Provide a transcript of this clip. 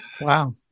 Wow